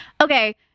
okay